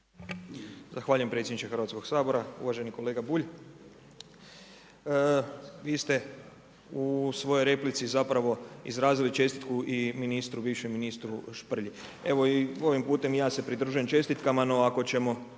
Zahvaljujem predsjedniče Hrvatskog sabora. Uvaženi kolega Bulj, vi ste u svojoj replici zapravo izrazili čestitku i bivšem ministru Šprlji. Evo i ovim putem i ja se pridružujem čestitkama. No, ako ćemo